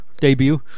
debut